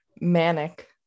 manic